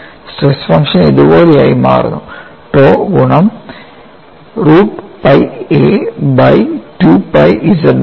stress function ഇതുപോലെയായി മാറുന്നു tau ഗുണം root pi a by 2 pi z not